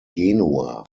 genua